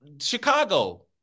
Chicago